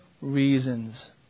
reasons